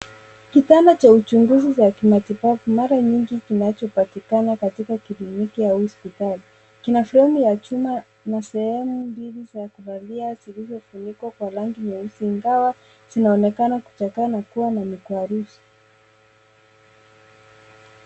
Kitanda cha uchunguzi za kimatibabu kwa mara nyingi kinachopatikana katika kilimiki ya hospitali. Kina fremu ya chuma na sehemu mbili za kuvalia zilizofunikwa kwa rangi nyeusi ingawa zinaonekana kuchakaa na kuwa na migwaruzo.